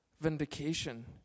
vindication